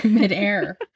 midair